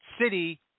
city